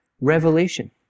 revelation